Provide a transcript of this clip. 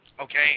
okay